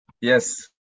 Yes